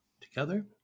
Together